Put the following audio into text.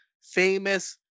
famous